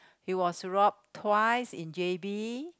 he was robbed twice in J_B